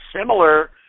similar